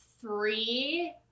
three